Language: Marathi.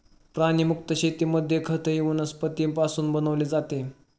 प्राणीमुक्त शेतीमध्ये खतही वनस्पतींपासून बनवले जाते